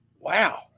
Wow